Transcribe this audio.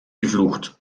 geflucht